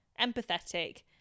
empathetic